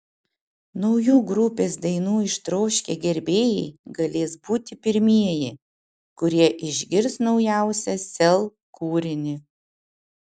naujų grupės dainų ištroškę gerbėjai galės būti pirmieji kurie išgirs naujausią sel kūrinį